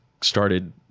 started